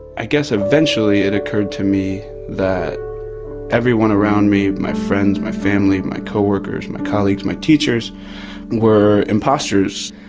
i guess eventually it occurred to me that everyone around me my friends, my family, my co-workers, my colleagues, my teachers were imposters.